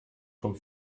vom